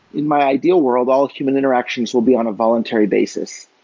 in my ideal world, all human interactions will be on a voluntary basis,